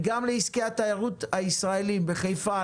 וגם לעסקי התיירות הישראליים בחיפה,